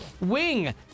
wing